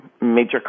major